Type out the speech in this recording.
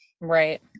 Right